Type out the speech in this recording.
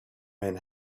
men